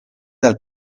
dal